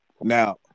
Now